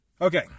Okay